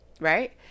Right